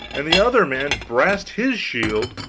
and the other man brast his shield,